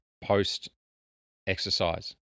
post-exercise